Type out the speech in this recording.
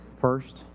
first